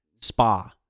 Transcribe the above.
spa